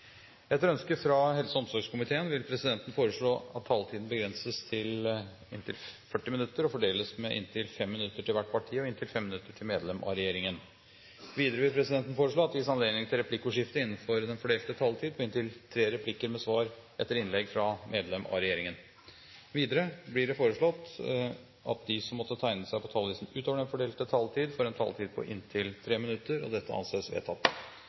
Etter ønske fra helse- og omsorgskomiteen vil presidenten foreslå at taletiden begrenses til 40 minutter og fordeles med inntil 5 minutter til hvert parti og inntil 5 minutter til medlem av regjeringen. Videre vil presidenten foreslå at det gis anledning til replikkordskifte på inntil tre replikker med svar etter innlegg fra medlem av regjeringen innenfor den fordelte taletid. Videre blir det foreslått at de som måtte tegne seg på talerlisten utover den fordelte taletid, får en taletid på inntil 3 minutter. – Det anses vedtatt.